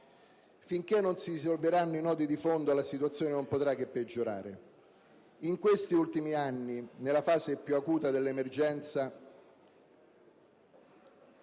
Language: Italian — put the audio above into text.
Finché non si risolveranno i nodi di fondo la situazione non potrà che peggiorare. In questi ultimi anni, nella fase più acuta dell'emergenza,